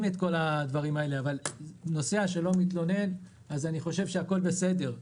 אבל כאשר נוסע לא מתלונן אז אני חושב שהכול בסדר.